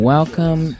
Welcome